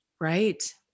right